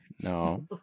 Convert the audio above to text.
No